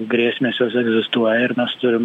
grėsmės jos egzistuoja ir mes turim